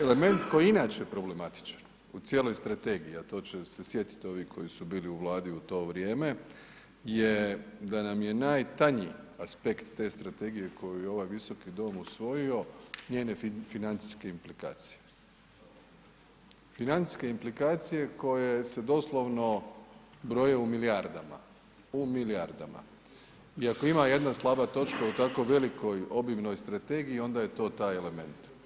Element koji je inače problematičan u cijeloj strategiji, a to će se sjetit ovi koji su bili u Vladi u to vrijeme je da nam je najtanji aspekt te strategije koju je ovaj visoki dom usvojio, njene financijske implikacije, financijske implikacije koje se doslovno broje u milijardama, u milijardama i ako ima jedna slaba točka u tako velikoj obimnoj strategiji onda je to taj element.